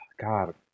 God